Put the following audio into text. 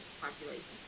populations